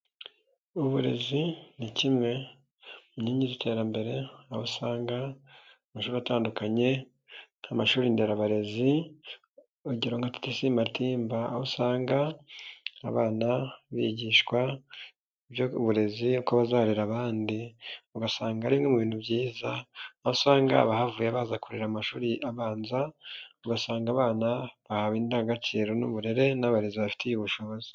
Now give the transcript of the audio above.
Uburezi ni kimwe mu nkingi y'iterambere aho usanga amashuri atandukanye, mashuri nderabarezi, ukongeraho titisi Matimba aho usanga abana bigishwa uburezi ko bazarera abandi ugasanga ari mu bintu byiza, aho usanga abahavuye baza kurera amashuri abanza ugasanga abana bahawe indangagaciro n'uburere n'abarezi bafitiye ubushobozi.